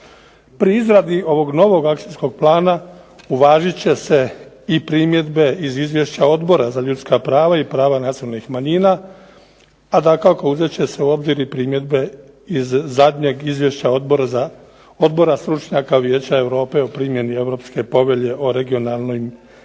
Pri izradi ovog novog akcijskog plana uvažit će se i primjedbe iz izvješća Odbora za ljudska prava i prava nacionalnih manjina, a dakako uzet će se u obzir i primjedbe iz zadnjeg izvješća Odbora stručnjaka vijeća Europe o primjeni Europske povelje o regionalnim i